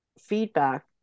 feedback